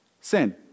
Sin